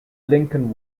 lincoln